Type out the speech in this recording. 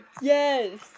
Yes